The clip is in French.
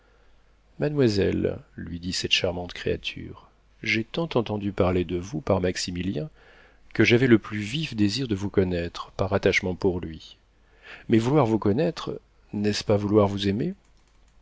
mademoiselle lui dit cette charmante créature j'ai tant entendu parler de vous par maximilien que j'avais le plus vif désir de vous connaître par attachement pour lui mais vouloir vous connaître n'est-ce pas vouloir vous aimer